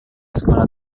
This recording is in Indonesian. sekolah